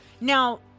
Now